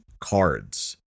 cards